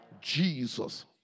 Jesus